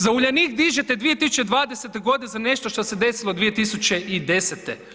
Za Uljanik dižete 2020. g. za nešto što se desilo 2010.